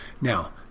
Now